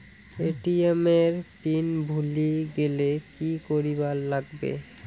ATM এর pin ভুলি গেলে কি করিবার লাগবে?